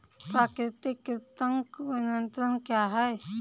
प्राकृतिक कृंतक नियंत्रण क्या है?